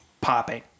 popping